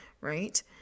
right